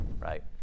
right